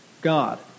God